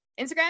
Instagram